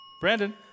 Brandon